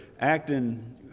acting